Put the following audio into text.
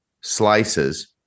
slices